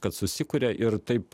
kad susikuria ir taip